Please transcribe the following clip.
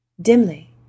Dimly